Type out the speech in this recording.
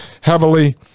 heavily